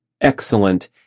excellent